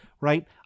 right